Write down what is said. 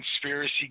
conspiracy